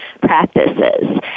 practices